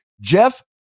Jeff